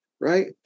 right